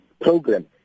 program